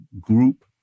group